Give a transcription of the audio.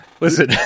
Listen